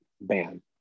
ban